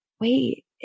wait